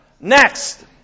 Next